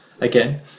again